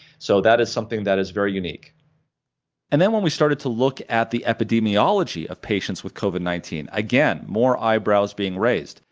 so that is something that is very unique and then when we started to look at the epidemiology of patients with covid nineteen again, more eyebrows being raised,